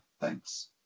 Thanks